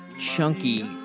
chunky